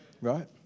right